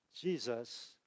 Jesus